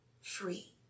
free